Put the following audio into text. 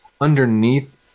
underneath